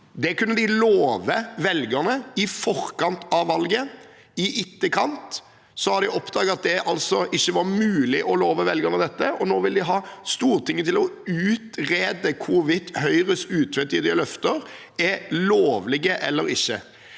Det kunne de love velgerne i forkant av valget. I etterkant har de oppdaget at det altså ikke var mulig å love velgerne dette, og nå vil de ha Stortinget til å utrede hvorvidt Høyres utvetydige løfter er lovlige eller ikke.